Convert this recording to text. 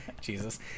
Jesus